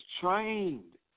trained